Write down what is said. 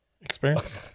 experience